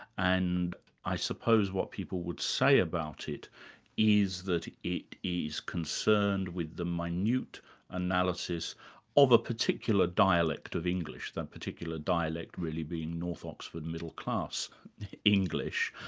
and i suppose what people would say about it is that it is concerned with the minute analysis of a particularly dialect of english, that particular dialect really being north oxford middle class english,